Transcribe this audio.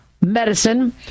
medicine